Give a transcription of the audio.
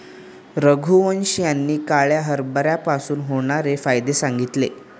रघुवंश यांनी काळ्या हरभऱ्यापासून होणारे फायदे सांगितले